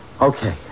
Okay